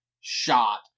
shot